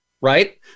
Right